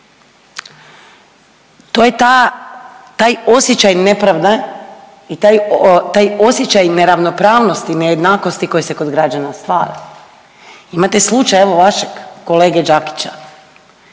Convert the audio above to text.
To je ta taj osjećaj nepravde i taj osjećaj neravnopravnosti, nejednakosti koji se kog građana stvara. Imate slučaj evo vašeg kolege Đakića